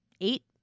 eight